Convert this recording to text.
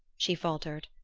she faltered.